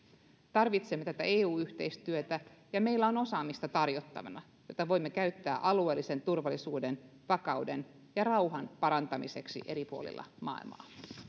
tarvitsemme tätä eu yhteistyötä ja meillä on tarjottavana osaamista jota voimme käyttää alueellisen turvallisuuden vakauden ja rauhan parantamiseksi eri puolilla maailmaa